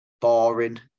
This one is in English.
boring